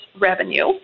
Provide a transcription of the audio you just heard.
revenue